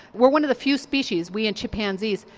we are one of the few species, we and chimpanzees,